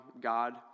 God